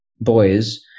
boys